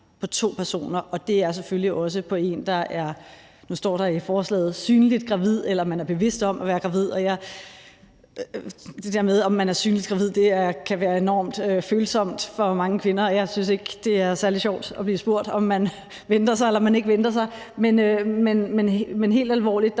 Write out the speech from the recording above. på to personer, og det er det selvfølgelig også i forhold til en, som er synligt gravid, eller som man er bevidst om er gravid, som der står i forslaget. Det der med, om man er synligt gravid, kan være enormt følsomt for mange kvinder, og jeg synes ikke, det er særlig sjovt at blive spurgt, om man venter sig eller ikke venter sig. Men helt alvorligt